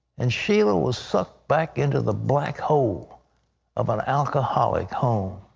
and sheila was sucked back into the black hole of an alcoholic home.